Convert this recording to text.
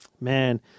man